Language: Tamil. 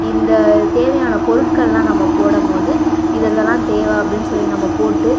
இந்த தேவையான பொருட்களெலாம் நம்ம போடும் போது இதை இதெல்லாம் தேவை அப்படின்னு சொல்லி நம்ம போட்டு